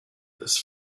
this